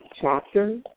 chapter